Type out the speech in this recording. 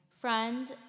friend